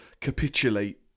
capitulate